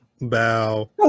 Bow